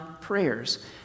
prayers